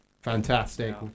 Fantastic